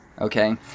Okay